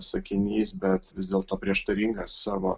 sakinys bet vis dėlto prieštaringas savo